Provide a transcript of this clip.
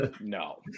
no